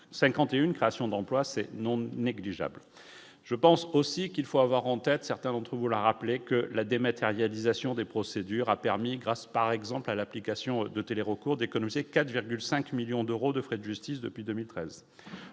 51 créations d'emplois, c'est non négligeables, je pense aussi qu'il faut avoir en tête, certains d'entre vous l'a rappelé que la dématérialisation des procédures, a permis grâce par exemple à l'application de télé recours d'économiser 4,5 millions d'euros de frais de justice depuis 2013